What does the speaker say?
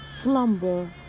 slumber